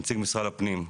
נציג משרד הפנים.